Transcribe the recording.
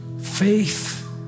Faith